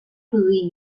produir